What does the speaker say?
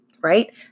right